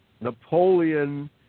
Napoleon